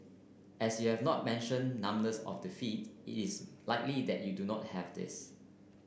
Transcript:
as you have not mentioned numbness of the feet is likely that you do not have this